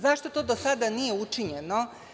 Zašto to do sada nije učinjeno?